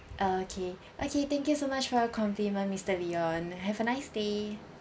okay okay thank you so much for your compliment mister leon have a nice day